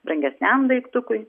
brangesniam daiktukui